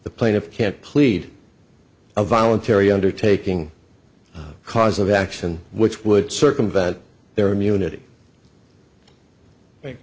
the plaintiff can't plead a voluntary undertaking cause of action which would circumvent their immunity